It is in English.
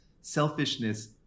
selfishness